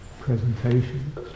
presentation